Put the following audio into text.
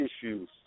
issues